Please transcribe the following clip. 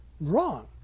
wrong